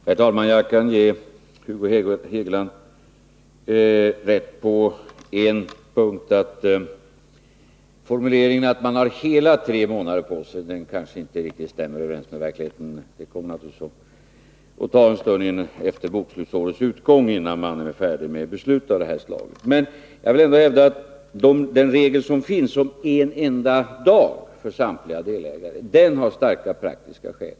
Herr talman! Jag skall ge Hugo Hegeland rätt på en punkt. Formuleringen att man har ”hela tre månader på sig” stämmer kanske inte riktigt överens med verkligheten. Det tar naturligtvis en stund efter räkenskapsårets utgång innan man är färdig med beslut av detta slag. Den regel som finns om en enda inbetalningsdag för samtliga delägare motiveras av starka praktiska skäl.